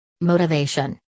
Motivation